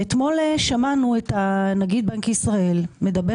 ואתמול שמענו את נגיד בנק ישראל מדבר